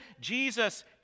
Jesus